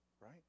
Right